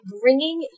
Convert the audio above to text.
bringing